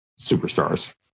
superstars